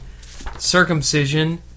Circumcision